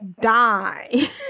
die